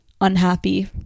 unhappy